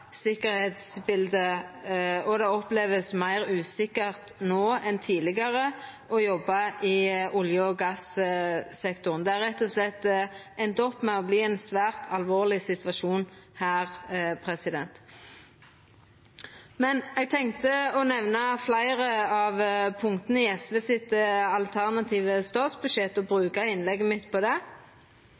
sikkerheitsbildet. Det vert opplevd som meir usikkert no enn tidlegare å jobba i olje- og gassektoren. Det har rett og slett enda opp med å verta ein svært alvorleg situasjon her. Men eg tenkte å nemna fleire av punkta i SVs alternative statsbudsjett og bruka innlegget mitt på det.